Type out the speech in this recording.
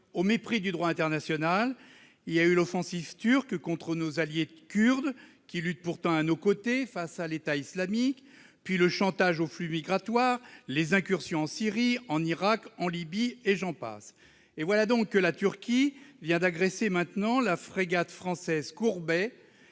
au mépris du droit international, il y a eu l'offensive turque contre nos alliés kurdes, qui luttent pourtant à nos côtés face à l'État islamique, puis le chantage aux flux migratoires et les incursions en Syrie, en Irak, en Libye, et j'en passe ! Voilà donc que la Turquie vient d'agresser la frégate française, qui